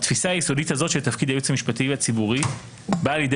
התפיסה היסודית הזו של תפקיד הייעוץ המשפטי הציבורי באה לידי